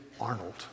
Arnold